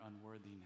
unworthiness